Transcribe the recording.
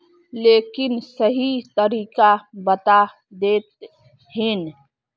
लेकिन सही तरीका बता देतहिन?